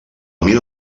mida